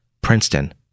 Princeton